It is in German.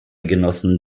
genossen